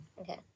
okay